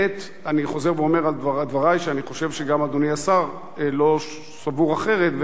אני חוזר על דברי ואומר שאני חושב שגם אדוני השר לא סבור אחרת,